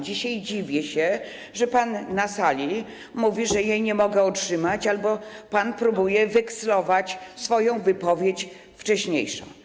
Dzisiaj dziwię się, że pan na sali mówi, że jej nie mogę otrzymać, albo próbuje wekslować swoją wcześniejszą